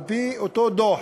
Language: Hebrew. על-פי אותו דוח